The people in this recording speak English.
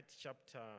chapter